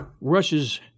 Russia's